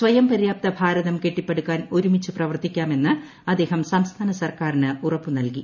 സ്വയം പര്യാപ്ത് ഭാരതം കെട്ടിപ്പടുക്കാൻ ഒരുമിച്ച് പ്രവർത്തിക്കാമെന്ന് അദ്ദേഹം സ്ംസ്ഫാന സർക്കാരിന് ഉറപ്പ് നൽകി